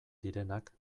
direnak